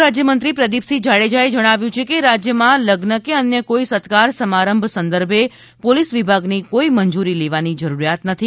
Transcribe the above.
ગૃહ રાજ્યમંત્રી પ્રદિપસિંહ જાડેજાએ જણાવ્યું છે કે રાજ્યમાં લગ્ન કે અન્ય કોઇ સત્કાર સમારંભ સંદર્ભે પોલીસ વિભાગની કોઇ મંજૂરી લેવાની જરૂરિયાત નથી